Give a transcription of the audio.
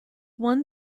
one